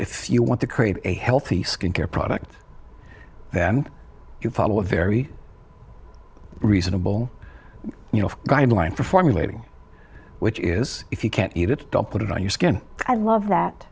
if you want to create a healthy skin care product then you follow a very reasonable you know guideline for formulating which is if you can't eat it don't put it on your skin i love